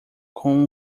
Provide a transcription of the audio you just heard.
com